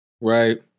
right